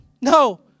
no